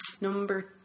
Number